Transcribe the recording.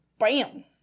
Bam